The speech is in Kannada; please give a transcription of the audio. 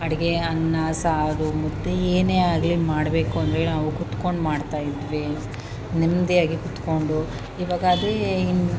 ಅಡುಗೆ ಅನ್ನ ಸಾರು ಮುದ್ದೆ ಏನೇ ಆಗಲಿ ಮಾಡಬೇಕು ಅಂದರೆ ನಾವು ಕೂತ್ಕೊಂಡು ಮಾಡ್ತಾಯಿದ್ವಿ ನೆಮ್ಮದಿಯಾಗಿ ಕೂತ್ಕೊಂಡು ಇವಾಗ ಅದೇ